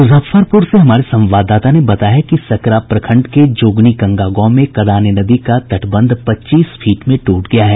मुजफ्फरपूर से हमारे संवाददाता ने बताया है कि सकरा प्रखंड के जोगनी गंगा गांव में कदाने नदी का तटबंध पच्चीस फीट में टूट गया है